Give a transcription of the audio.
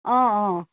অ অ